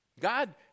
God